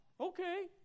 okay